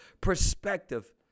perspective